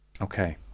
Okay